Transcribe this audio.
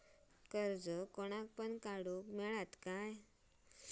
कर्ज कोणाक पण काडूक मेलता काय?